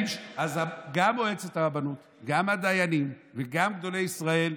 אז גם מועצת הרבנות, גם הדיינים וגם גדולי ישראל,